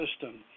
system